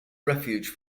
refuge